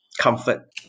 comfort